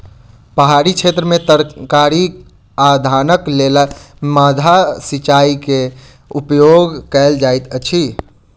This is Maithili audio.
पहाड़ी क्षेत्र में तरकारी आ धानक लेल माद्दा सिचाई के उपयोग कयल जाइत अछि